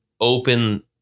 open